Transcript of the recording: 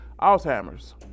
Alzheimer's